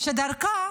שדרכה